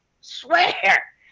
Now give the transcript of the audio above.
Swear